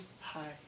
Hi